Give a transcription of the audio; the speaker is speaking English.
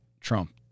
Trump